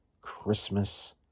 Christmas